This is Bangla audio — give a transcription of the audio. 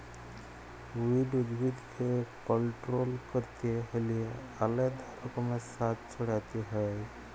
উইড উদ্ভিদকে কল্ট্রোল ক্যরতে হ্যলে আলেদা রকমের সার ছড়াতে হ্যয়